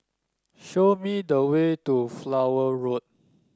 show me the way to Flower Road